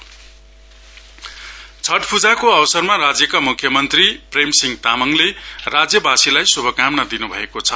छठ पूजा छठ पूजाको अवसरमा राज्यका मुख्यमन्त्री प्रेम सिंह तामाङले राज्यवासीलाई शुभकामना दिनु भएको छ